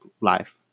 life